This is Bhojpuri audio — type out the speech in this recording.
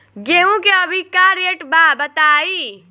गेहूं के अभी का रेट बा बताई?